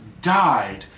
died